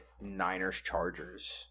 Niners-Chargers